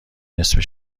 نصفه